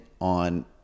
on